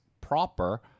proper